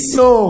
no